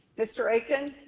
mr. akin,